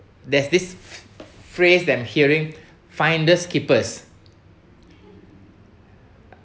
there's this phrase that I'm hearing finders keepers